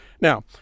Now